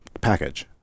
package